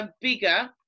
bigger